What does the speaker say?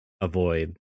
avoid